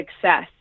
success